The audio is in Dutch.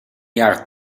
jaren